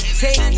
take